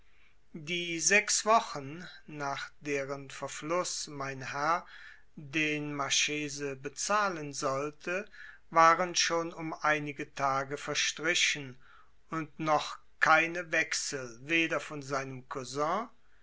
die sechs wochen nach deren verfluß mein herr den marchese bezahlen sollte waren schon um einige tage verstrichen und noch keine wechsel weder von seinem cousin